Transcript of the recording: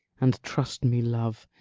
and trust me, love,